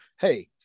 Hey